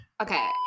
Okay